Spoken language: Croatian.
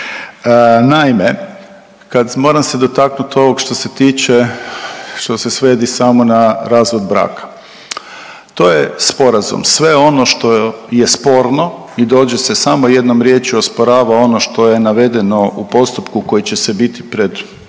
Naime, kad, moram se dotaknut ovog što se tiče, što se svedi samo na razvod braka. To je sporazum, sve ono što je sporno i dođe se samo jednom riječju osporava ono što je navedeno u postupku koji će se biti pred,